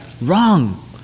Wrong